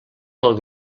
del